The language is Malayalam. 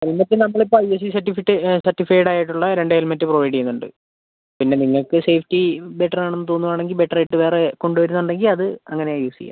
ഹെല്മെറ്റ് നമ്മളിപ്പോൾ I S I certificate certified ആയിട്ടുള്ള രണ്ട് ഹെല്മെറ്റ് പ്രൊവൈഡ് ചെയ്യുന്നുണ്ട് പിന്നെ നിങ്ങൾക്ക് സേഫ്റ്റി ബെറ്റര് ആണെന്നു തോന്നുവാണെങ്കിൽ ബെറ്റര് ആയിട്ട് വേറെ കൊണ്ടു വരുന്നുണ്ടെങ്കിൽ അത് അങ്ങനെ യൂസ് ചെയ്യാം